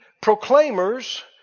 proclaimers